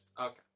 Okay